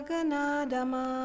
Ganadama